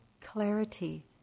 clarity